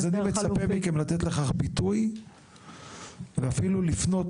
אז אני מצפה מכם לתת לכך ביטוי ואפילו לפנות